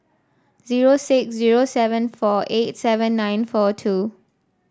zero six zero seven four eight seven nine four two